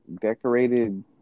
decorated